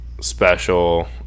special